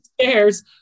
stairs